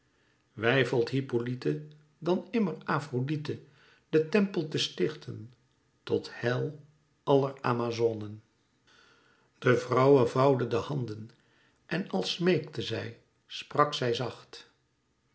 weifelt hippolyte dan immer afrodite den tempel te stichten tot heil àller amazonen de vrouwe vouwde de handen en als smeekte zij sprak zij zacht